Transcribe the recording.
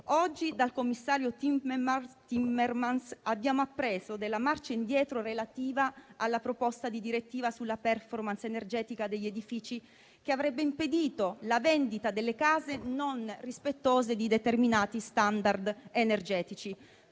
Oggi dal commissario Timmermans abbiamo appreso della marcia indietro relativa alla proposta di direttiva sulla *performance* energetica degli edifici, che avrebbe impedito la vendita delle case non rispettose di determinati *standard* energetici.